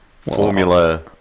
Formula